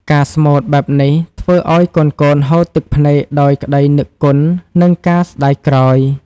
ការស្មូតបែបនេះ ធ្វើឱ្យកូនៗហូរទឹកភ្នែកដោយក្ដីនឹកគុណ និងការស្ដាយក្រោយ។